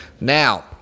Now